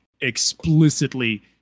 explicitly